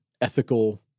ethical